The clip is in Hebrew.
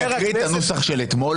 שמחה, הוא יקריא את הנוסח של אתמול?